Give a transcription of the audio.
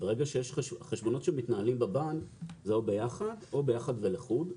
חשבונות שמתנהלים בבנק, זה או ביחד או ביחד ולחוד.